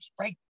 right